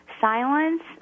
silence